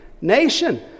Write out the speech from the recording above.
nation